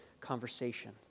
conversation